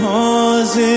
Cause